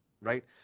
right